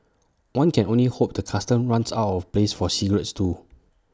one can only hope the Customs runs out of place for cigarettes too